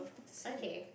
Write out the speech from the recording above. okay